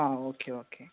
ആ okay okay